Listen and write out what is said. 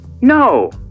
No